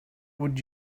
would